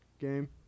game